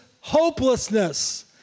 hopelessness